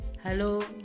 Hello